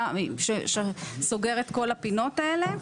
מה סוגר את כל הפינות האלה.